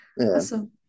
Awesome